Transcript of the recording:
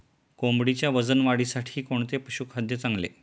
कोंबडीच्या वजन वाढीसाठी कोणते पशुखाद्य चांगले?